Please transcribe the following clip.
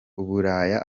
uburaya